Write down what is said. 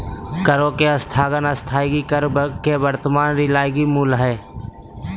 करों के स्थगन स्थगित कर के वर्तमान रियायती मूल्य हइ